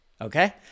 Okay